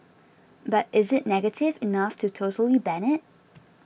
but is it negative enough to totally ban it